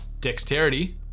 dexterity